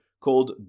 called